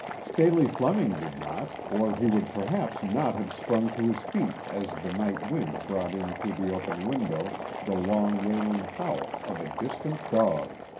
staley fleming did not, or he would perhaps not have sprung to his feet as the night wind brought in through the open window the long wailing howl of a distant dog.